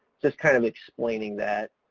just kind of explaining that.